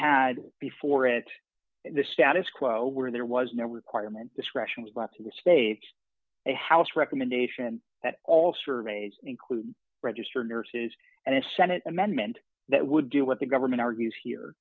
had before it the status quo where there was no requirement discretion was brought to the states a house recommendation that all surveys include registered nurses and a senate amendment that would do what the government argues here